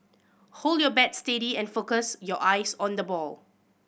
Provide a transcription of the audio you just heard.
hold your bat steady and focus your eyes on the ball